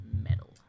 metal